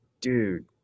dude